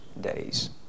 days